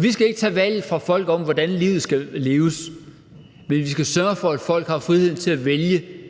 Vi skal ikke tage valget fra folk om, hvordan livet skal leves, men vi skal sørge for, at folk har frihed til at vælge